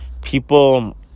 people